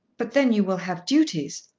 but then you will have duties.